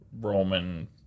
Roman